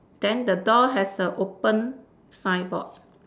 then the door has a open signboard